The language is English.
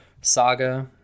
saga